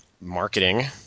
marketing